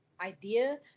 idea